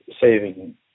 saving